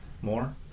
more